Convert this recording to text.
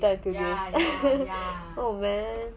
that escalated quickly oh man